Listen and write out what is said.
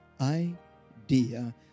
idea